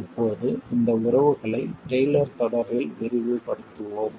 இப்போது இந்த உறவுகளை டெய்லர் தொடரில் விரிவுபடுத்துவோம்